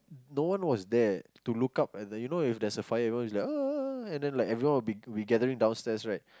no one was there to look up and then you know if there's a fire everyone is like and then like everyone will be be gathering downstairs right